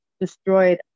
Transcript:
destroyed